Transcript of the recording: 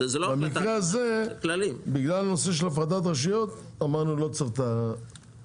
במקרה הזה בגלל הנושא של הפרדת רשויות אז אמרנו לא תמיד צריך את הוועדה,